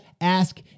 ask